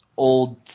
old